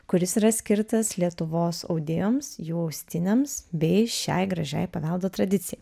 kuris yra skirtas lietuvos audėjoms jų austiniams bei šiai gražiai paveldo tradicijai